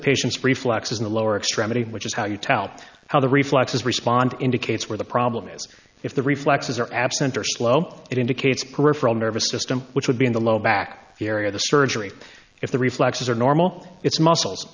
the patients reflex is in the lower extremity which is how you tell how the reflexes respond indicates where the problem is if the reflexes are absent or slow it indicates peripheral nervous system which would be in the low back the area the surgery if the reflexes are normal its muscle